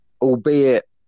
albeit